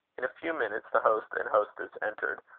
in a few minutes the host and hostess entered,